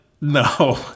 no